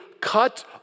cut